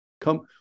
Come